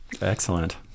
excellent